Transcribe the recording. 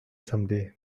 someday